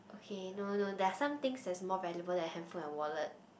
K no no there are some things that's more valuable than headphone and wallet